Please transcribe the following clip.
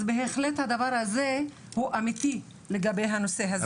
אז בהחלט הדבר הזה הוא אמיתי לגבי הנושא הזה.